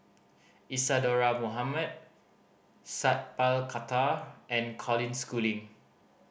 Isadhora Mohamed Sat Pal Khattar and Colin Schooling